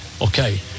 Okay